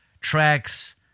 tracks